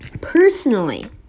Personally